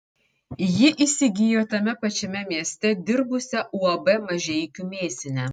ji įsigijo tame pačiame mieste dirbusią uab mažeikių mėsinę